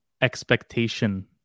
expectation